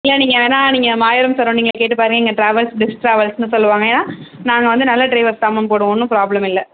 இல்லை நீங்கள் வேணால் நீங்கள் மாயாவரம் சரவுண்டிங்கில் கேட்டுப்பாருங்க எங்கள் ட்ராவல்ஸ் பெஸ்ட் ட்ராவல்ஸ்னு சொல்லுவாங்கள் ஏன்னா நாங்கள் வந்து நல்ல ட்ரைவர்ஸ் தான் மேம் போடுவோம் ஒன்றும் ப்ராப்ளம் இல்லை